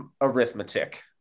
arithmetic